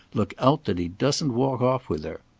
look out that he doesn't walk off with her!